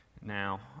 now